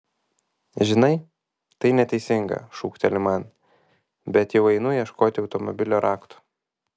žinai tai neteisinga šūkteli man bet jau einu ieškoti automobilio raktų